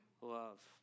love